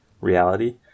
reality